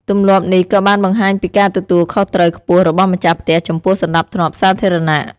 ទម្លាប់នេះក៏បានបង្ហាញពីការទទួលខុសត្រូវខ្ពស់របស់ម្ចាស់ផ្ទះចំពោះសណ្តាប់ធ្នាប់សាធារណៈ។